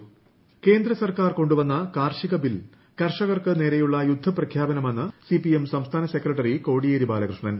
കോടിയേരി ബാലകൃഷ്ണൻ കേന്ദ്ര സർക്കാർ കൊണ്ടു വന്ന കാർഷിക ബിൽ കർഷകർക്ക് നേരെയുള്ള യുദ്ധപ്രഖ്യാപനമെന്ന് സിപിഎം സംസ്ഥാന സെക്രട്ടറി കോടിയേരി ബാലകൃഷ്ണൻ